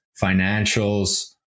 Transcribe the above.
financials